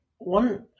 One